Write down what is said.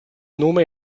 nome